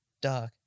Dog